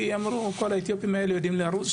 כי אמרו שכל האתיופים האלה יודעים לרוץ,